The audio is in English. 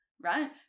right